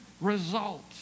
results